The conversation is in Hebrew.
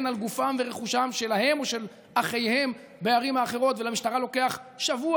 על גופם ורכושם שלהם או של אחיהם בערים האחרות ולמשטרה לוקח שבוע